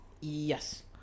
Yes